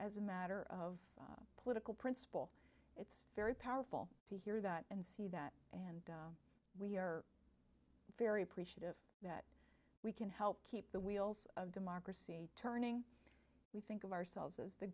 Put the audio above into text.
as a matter of political principle it's very powerful to hear that and see that and we are very appreciative we can help keep the wheels of democracy turning we think of ourselves as the